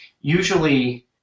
Usually